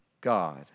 God